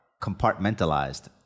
compartmentalized